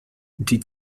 die